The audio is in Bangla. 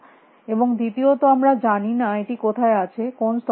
এবং দ্বিতিয়ত আমরা জানি না এটি কোথায় আছে কোন স্তরে আছে